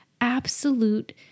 absolute